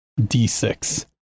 d6